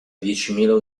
diecimila